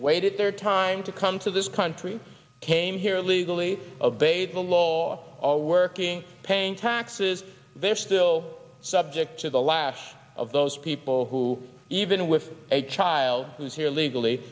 waited their time to come to this country came here legally of beda law or working paying taxes they're still subject to the lash of those people who even with a child who is here illegally